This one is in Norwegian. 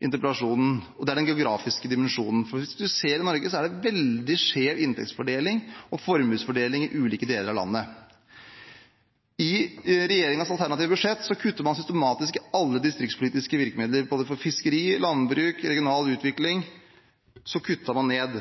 interpellasjonen – er den geografiske dimensjonen. I ulike deler av Norge er det en veldig skjev inntektsfordeling og formuesfordeling. I regjeringens alternative budsjett kuttet man systematisk i alle distriktspolitiske virkemidler. Både innen fiskeri, innen landbruk og innen regional utvikling kuttet man, slik